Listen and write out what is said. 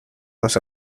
nos